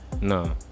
No